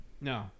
No